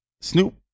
Snoop